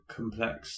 complex